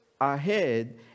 ahead